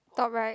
top right